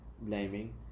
blaming